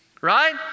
Right